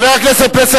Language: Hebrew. חבר הכנסת פלסנר,